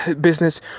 business